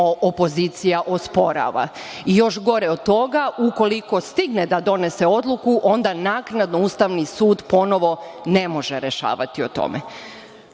opozicija osporava. Još gore od toga, ukoliko stigne da donese odluku, onda naknadno Ustavni sud ponovo ne može rešavati o tome. Što